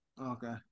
Okay